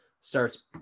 starts